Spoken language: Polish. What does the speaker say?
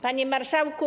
Panie Marszałku!